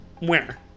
winner